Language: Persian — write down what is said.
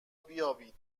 بیابید